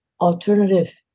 alternative